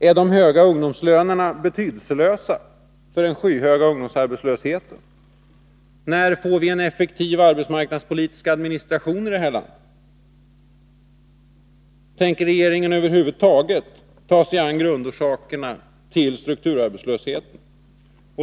Är de höga ungdomslönerna betydelselösa för den skyhöga ungdomsarbetslösheten? När får vi en effektiv arbetsmarknadspolitisk administration i det här landet? Tänker regeringen över huvud taget ta sig an grundorsakerna till strukturarbetslösheten?